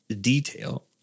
detail